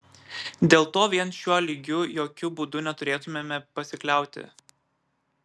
dėl to vien šiuo lygiu jokiu būdu neturėtumėme pasikliauti